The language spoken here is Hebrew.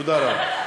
תודה רבה.